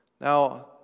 Now